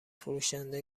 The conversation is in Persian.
فروشنده